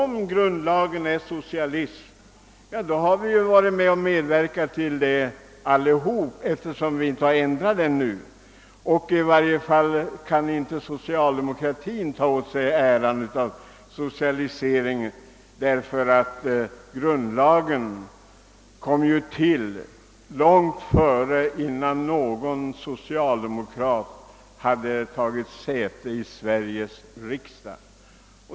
Om grundlagen är socialism, så har vi medverkat härtill allesamman, eftersom vi inte ändrat grundlagen i detta avseende. I varje fall kan inte socialdemokratin ta åt sig äran av den socialiseringen; grundlagen tillkom ju långt innan någon socialdemokrat hade tagit säte i Sveriges riksdag.